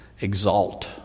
exalt